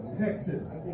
Texas